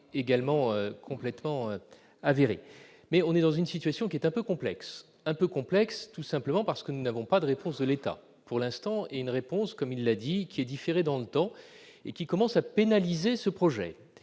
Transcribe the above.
également complètement avéré mais on est dans une situation qui est un peu complexe, un peu complexe, tout simplement parce que nous n'avons pas de réponse de l'État pour l'instant est une réponse, comme il l'a dit, qui est différée dans le temps et qui commence à pénaliser ce projet